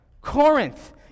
Corinth